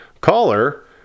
caller